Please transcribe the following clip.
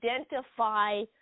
identify